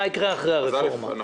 מה יקרה אחרי הרפורמה.